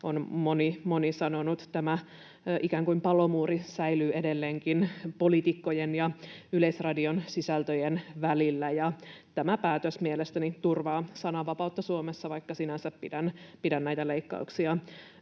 on moni sanonut. Tämä ikään kuin palomuuri poliitikkojen ja Yleisradion sisältöjen välillä säilyy edelleenkin. Tämä päätös mielestäni turvaa sananvapautta Suomessa, vaikka sinänsä pidän näitä leikkauksia